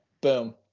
Boom